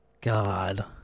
god